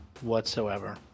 whatsoever